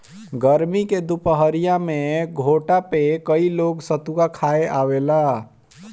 गरमी के दुपहरिया में घोठा पे कई लोग सतुआ खाए आवेला